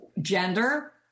Gender